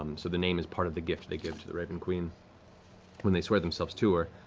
um so the name is part of the gift they give to the raven queen when they swear themselves to her.